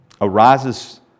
arises